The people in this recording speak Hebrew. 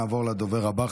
נעבור לדובר הבא.